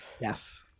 yes